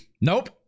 nope